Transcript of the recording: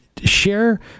share